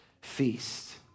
feast